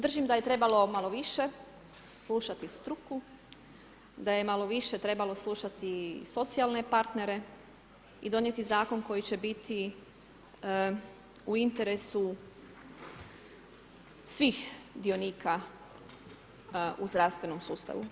Držim da je trebalo malo više saslušati struku, mislim da je trebalo slušati socijalne partnere i donijeti zakon koji će biti u interesu svih dionika u zdravstvenom sustavu.